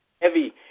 heavy